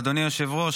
אדוני היושב-ראש,